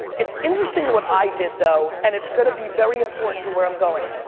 it's interesting what i did though, and it's gonna be very important to where i'm going.